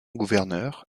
gouverneur